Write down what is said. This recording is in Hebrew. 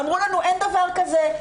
אמרו לנו: אין דבר כזה,